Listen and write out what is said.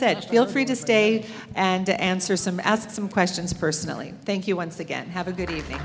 said feel free to stay and answer some ask some questions personally thank you once again have a good